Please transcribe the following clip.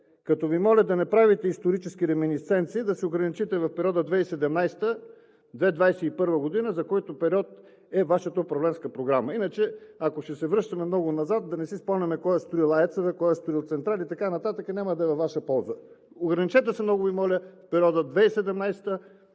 Като Ви моля да не правите исторически реминистенции, а да се ограничите в периода 2017 – 2021 г., за който период е Вашата управленска програма. Иначе, ако ще се връщаме много назад, да не си спомняме кой е строил АЕЦ-а, кой е строил централи и така нататък и няма да е във Ваша полза. Ограничете се, много Ви моля, в периода 2017